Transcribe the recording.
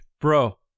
bro